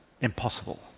impossible